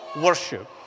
worship